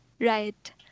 Right